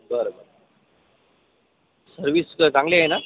बरं सर्विससुद्धा चांगली आहे ना